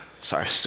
Sorry